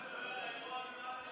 על האירוע הזה,